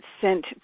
sent